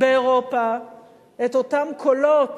באירופה את אותם קולות